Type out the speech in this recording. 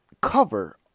cover